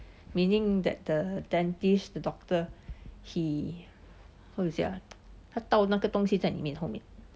meaning that the dentist the doctor he how to say ah 他倒那个东西在里面后面